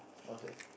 what's that